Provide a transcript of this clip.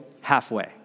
halfway